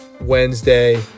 Wednesday